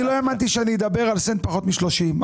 אני לא האמנתי שאני אדבר על זה פחות מ-30.